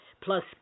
plus